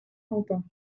quentin